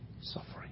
suffering